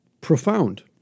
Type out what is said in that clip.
profound